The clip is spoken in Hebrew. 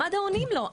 מד"א עונים לו.